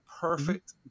perfect